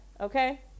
okay